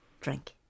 drink